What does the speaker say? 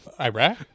Iraq